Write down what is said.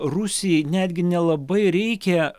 rusijai netgi nelabai reikia